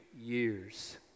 years